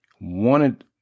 wanted